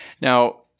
Now